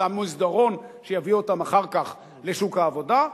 זה המסדרון שיביא אותם אחר כך לשוק העבודה,